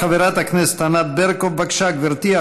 חברת הכנסת ענת ברקו, בבקשה, גברתי.